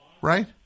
Right